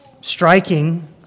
striking